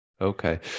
Okay